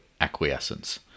acquiescence